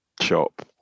shop